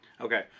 Okay